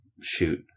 Shoot